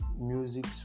music